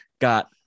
Got